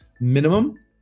minimum